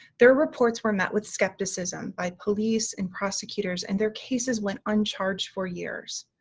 their reports were met with skepticism by police and prosecutors, and their cases went uncharged for years,